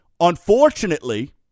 Unfortunately